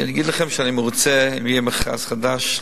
שאני אגיד לכם שאני מרוצה אם יהיה מכרז חדש?